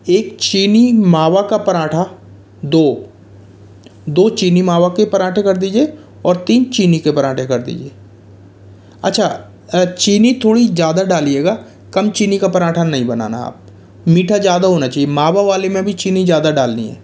एक चीनी मावा का पराँठा दो दो चीनी मावे के पराँठे कर दीजिए और तीन चीनी के पराँठे कर दीजिए अच्छा चीनी थोड़ी ज़्यादा डालियेगा कम चीनी का पराँठा नहीं बनाना आप मीठा ज़्यादा होना चाहिए मावा वाले मे भी चीनी ज़्यादा डालनी है